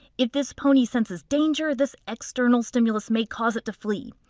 if this pony senses danger, this external stimulus may cause it to flee.